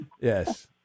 Yes